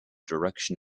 direction